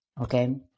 okay